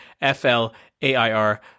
F-L-A-I-R